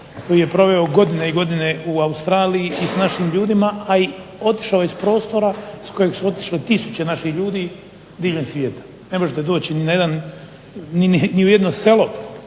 koji je proveo godine i godine u Australiji i s našim ljudima, a i otišao je s prostora s kojeg su otišle tisuće naših ljudi diljem svijeta. Ne možete doći ni u jedno selo